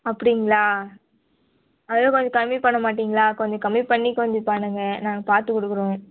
அப்படிங்களா அதை கொஞ்சம் கம்மி பண்ண மாட்டீங்களா கொஞ்சம் கம்மி பண்ணி கொஞ்சம் பண்ணுங்க நாங்கள் பார்த்து கொடுக்குறோம்